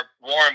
Warren